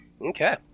Okay